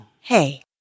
Hey